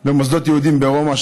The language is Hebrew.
אל מוסדות יהודיים ברומא,